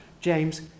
James